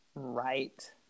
right